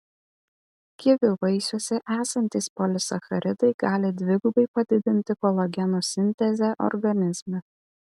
kivių vaisiuose esantys polisacharidai gali dvigubai padidinti kolageno sintezę organizme